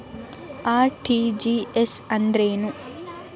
RTGS ಅಂದ್ರೇನು?